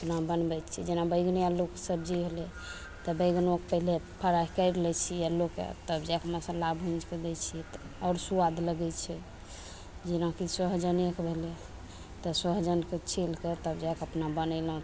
अपना बनबय छी जेना बैगने अल्लूके सब्जी होलय तऽ बैगनोके पहिले फ्राई करि लै छियै अल्लूके तब जाके मसल्ला भुजिके दै छियै आओर स्वाद लगय छै जेनाकि सोहजनेके भेलय तऽ सोहजनके छील कऽ तब जाकऽ अपना बनेलहुँ